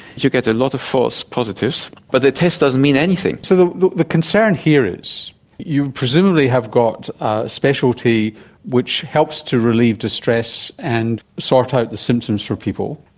you get a lot of false positives, but the test doesn't mean anything. so the concern here is you presumably have got a specialty which helps to relieve distress and sort out the symptoms for people,